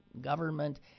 government